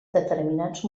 determinats